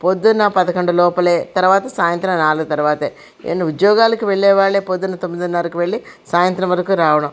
పొద్దున్నే పదకొండు లోపలే తర్వాత సాయంత్రం నాలుగు తర్వాతే ఉద్యోగాలకు వెళ్ళే వాళ్ళు పొద్దున్నేతొమ్మిదినర్రకు వెళ్ళి సాయంత్రం వరకు రావడం